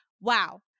wow